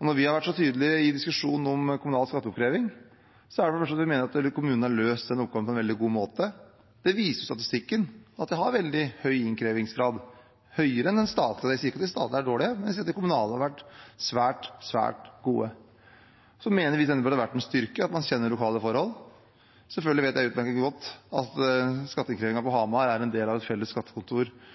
Når vi har vært så tydelige i diskusjonen om kommunal skatteoppkreving, er det for det første fordi vi mener at kommunene har løst den oppgaven på en veldig god måte. Statistikken viser at de har veldig høy innkrevingsgrad – høyere enn den statlige. Jeg sier ikke at det statlige er dårlig, men jeg sier at de kommunale har vært svært, svært gode. Vi i Senterpartiet mener at det har vært en styrke at man kjenner lokale forhold. Selvfølgelig vet jeg utmerket godt at skatteinnkrevingen på Hamar er en del av et felles skattekontor